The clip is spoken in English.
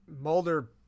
Mulder